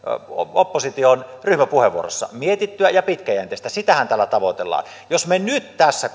opposition ryhmäpuheenvuorossa mietittyä ja pitkäjänteistä sitähän täällä tavoitellaan jos me nyt tässä